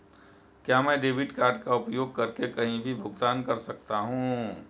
क्या मैं debit card का उपयोग करके कहीं भी भुगतान कर सकता हूं?